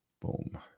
boom